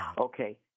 Okay